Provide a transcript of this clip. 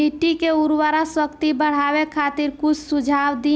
मिट्टी के उर्वरा शक्ति बढ़ावे खातिर कुछ सुझाव दी?